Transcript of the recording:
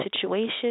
situation